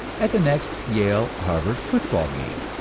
at the next yale-harvard football game